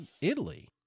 Italy